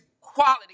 quality